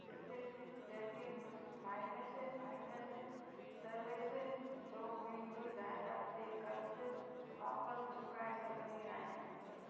छा मां सिट्रस ज़रिए मुथूट फाइनेंस फाइनेंस सर्विसेज़ जो मुंहिंजो जाइदादु ते क़र्ज़ु वापसि चुकाइ सघंदी आहियां